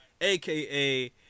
aka